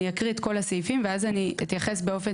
אני אקריא את כל הסעיפים ואז אני אתייחס באופן